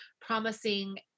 promising